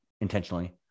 intentionally